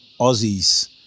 Aussies